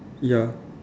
ya